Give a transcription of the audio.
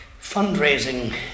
Fundraising